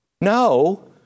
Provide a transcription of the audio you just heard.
no